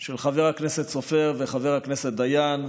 של חבר הכנסת סופר וחבר הכנסת דיין.